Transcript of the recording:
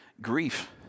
grief